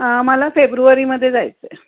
आम्हाला फेब्रुवारीमध्ये जायचं आहे